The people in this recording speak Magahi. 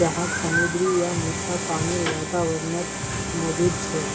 जहाक समुद्री या मीठा पानीर वातावरणत मौजूद छे